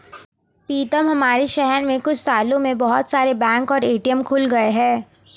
पीतम हमारे शहर में कुछ सालों में बहुत सारे बैंक और ए.टी.एम खुल गए हैं